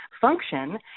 function